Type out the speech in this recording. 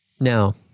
No